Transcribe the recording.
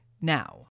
now